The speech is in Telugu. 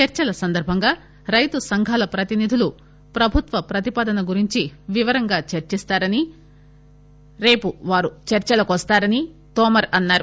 చర్చల సందర్బంగా రైతు సంఘాల ప్రతినిధులు ప్రభుత్వ ప్రతిపాదన గురించి వివరంగా చర్చిస్తారని రేపు వారు చర్చలకు వస్తారని తోమర్ చెప్పారు